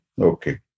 Okay